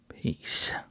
Peace